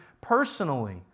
personally